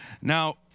Now